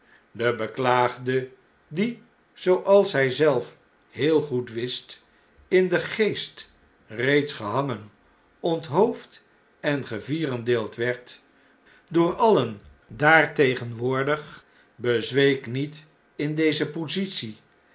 de beklaagde die zooals hjj zelf heel goed wist in den geest reeds gehangen onthoofd en gevierendeeld werd door alien daar tegenwoordig bezweek niet in deze positie